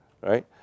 Right